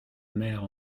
mère